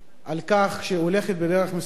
על כך שהיא הולכת בדרך מסוימת,